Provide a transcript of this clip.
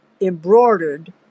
embroidered